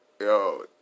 yo